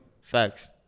Facts